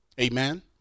Amen